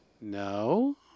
No